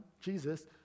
Jesus